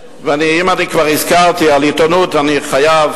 ואם כבר הזכרתי עיתונות, אני חייב